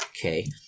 okay